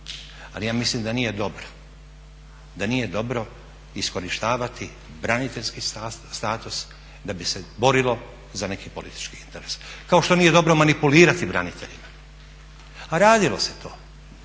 Ali ja mislim da nije dobro iskorištavati braniteljski status da bi se borilo za neke političke interese. Kao što nije dobro manipulirati braniteljima, a radilo se to.